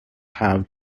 have